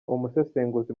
umusesenguzi